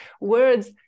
words